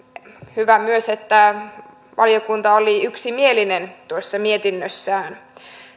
hyvä myös että valiokunta oli yksimielinen mietinnössään